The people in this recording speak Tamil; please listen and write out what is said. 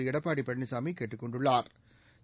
எடப்பாடி பழனிசாமி கேட்டுக் கொண்டுள்ளாா்